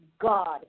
God